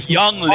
young